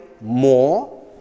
more